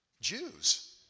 Jews